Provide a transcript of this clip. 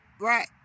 Right